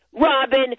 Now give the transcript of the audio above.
Robin